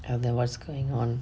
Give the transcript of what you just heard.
and then what's going on